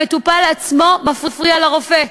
המטופל עצמו מפריע לרופא.